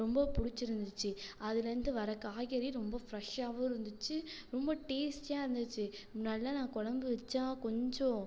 ரொம்ப பிடிச்சிருந்துச்சு அதுலேருந்து வர்ற காய்கறி ரொம்ப ஃப்ரெஷ்ஷாகவும் இருந்துச்சு ரொம்ப டேஸ்ட்டியாக இருந்துச்சு முன்னாயெடிலாம் நான் குழம்பு வச்சா கொஞ்சம்